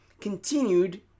continued